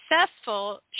successful